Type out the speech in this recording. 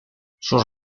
sus